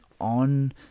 on